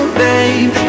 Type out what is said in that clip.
babe